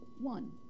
one